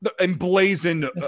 emblazoned